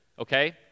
okay